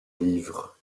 livres